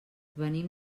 venim